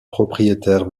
propriétaire